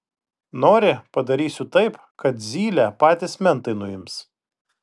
nori padarysiu taip kad zylę patys mentai nuims